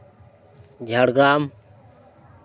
Jhargram